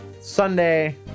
Sunday